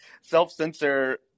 self-censor